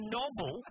novel